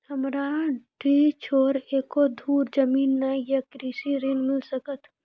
हमरा डीह छोर एको धुर जमीन न या कृषि ऋण मिल सकत?